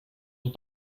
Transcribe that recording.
und